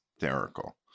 hysterical